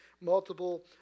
multiple